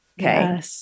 Okay